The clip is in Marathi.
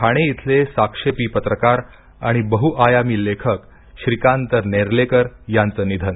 ठाणे इथले साक्षेपी पत्रकार आणि बहआयामी लेखक श्रीकांत नेर्लेकर यांचं निधन